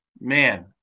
man